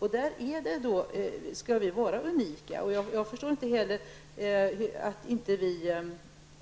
Där skall vi vara unika. Jag förstår inte heller att inte vi